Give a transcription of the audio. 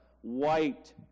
white